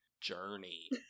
journey